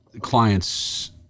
clients